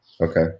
Okay